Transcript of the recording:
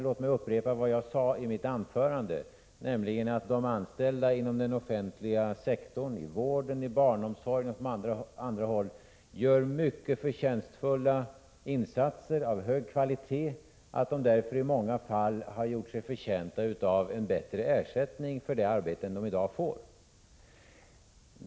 Låt mig upprepa vad jag sade i mitt anförande, nämligen att de anställda inom den offentliga sektorn, i vården, i barnomsorgen och på andra håll, gör mycket förtjänstfulla insatser av hög kvalitet och att de därför i många fall har gjort sig förtjänta av en bättre ersättning för det arbete än de i dag får.